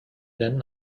then